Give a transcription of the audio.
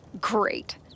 Great